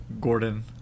Gordon